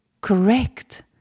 correct